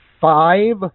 five